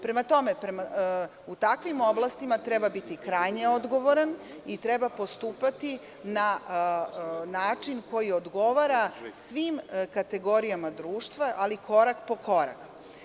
Prema tome, u takvim oblastima treba biti krajnje odgovoran i treba postupati na način koji odgovara svim kategorijama društava, ali korak po korak.